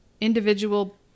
individual